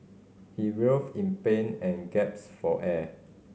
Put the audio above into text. he writhed in pain and gaps for air